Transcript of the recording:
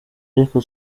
ariko